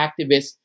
activists